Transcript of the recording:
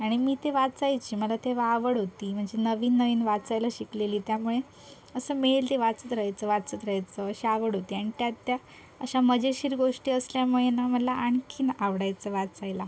आणि मी ते वाचायची मला तेव्हा आवड होती म्हणजे नवीन नवीन वाचायला शिकलेली त्यामुळे असं मिळेल ते वाचत राहायचं वाचत राहायचं अशी आवड होती आणि त्यात त्या अशा मजेशीर गोष्टी असल्यामुळे ना मला आणखी आवडायचं वाचायला